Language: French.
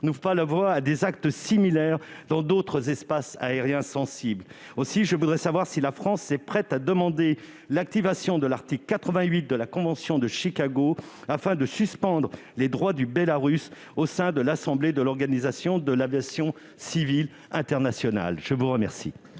pas la voie à des actes similaires dans d'autres espaces aériens sensibles. Aussi, je voudrais savoir si la France est prête à demander l'activation de l'article 88 de la Convention de Chicago, afin de suspendre les droits du Bélarus au sein de l'Assemblée de l'Organisation de l'aviation civile internationale. La parole